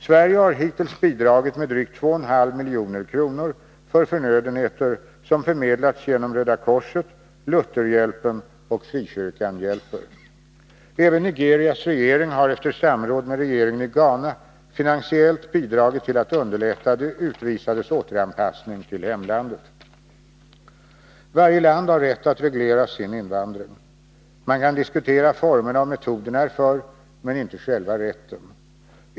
Sverige har hittills bidragit med drygt 2,5 milj.kr. för förnödenheter som förmedlats genom Röda korset, Lutherhjälpen och Frikyrkan Hjälper. Även Nigerias regering har efter samråd med regeringen i Ghana finansiellt bidragit till att underlätta de utvisades återanpassning till hemlandet. Varje land har rätt att reglera sin invandring. Man kan diskutera formerna och metoderna härför, men inte själva rätten.